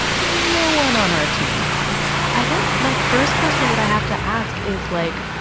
no one on our team has i guess my first question that i have to ask is, like,